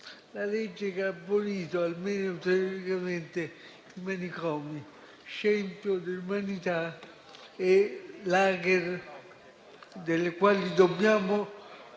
n. 180, che ha abolito, almeno teoreticamente, i manicomi, scempio dell'umanità e *lager* di cui dobbiamo